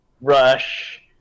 Rush